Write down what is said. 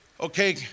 okay